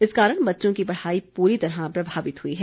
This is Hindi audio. इस कारण बच्चों की पढ़ाई पूरी तरह प्रभावित हुई है